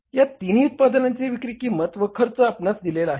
या तिन्ही उत्पादनांची विक्री किंमत व खर्च आपणास दिलेला आहे